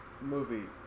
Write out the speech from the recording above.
movie